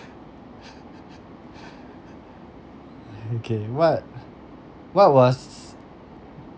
okay what what was